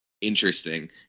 interesting